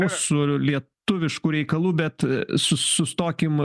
mūsų lietuviškų reikalų bet sus sustokim